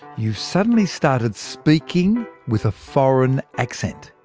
you've suddenly started speaking with a foreign accent!